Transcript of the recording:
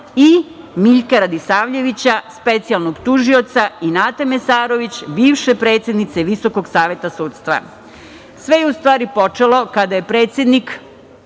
i Miljka Radisavljevića, specijalnog tužioca i Nate Mesarović, bivše predsednice Visokog saveta sudstva. Sve je u stvari počelo kada je predsednik